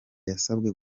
yasabwe